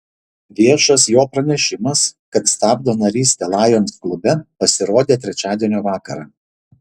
viešas jo pranešimas kad stabdo narystę lions klube pasirodė trečiadienio vakarą